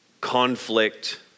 Conflict